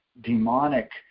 demonic